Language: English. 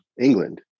England